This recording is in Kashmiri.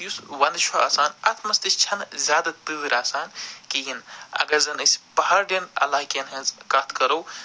یُس ونٛدٕ چھُ آسان اتھ منٛز تہِ چھَنہٕ زیادٕ تۭر آسان کِہیٖنۍ اگر زن أسۍ پہاڑین علاقن ہِنٛز کَتھ کَرو